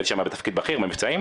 עבדתי שם בתפקיד בכיר במבצעים,